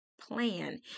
plan